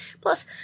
plus